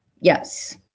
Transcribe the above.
Yes